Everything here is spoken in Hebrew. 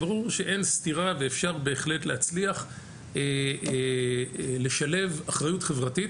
שאין סתירה ואפשר בהחלט להצליח לשלב אחריות חברתית,